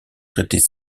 traités